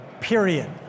period